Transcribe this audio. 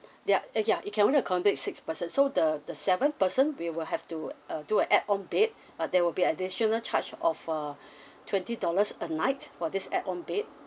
there are uh ya it can only accommodate six person so the the seventh person we will have to uh do a add on bed but there will be additional charge of uh twenty dollars a night for this add on bed